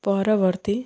ପରବର୍ତ୍ତୀ